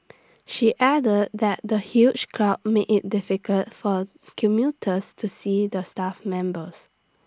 she added that the huge crowd made IT difficult for commuters to see the staff members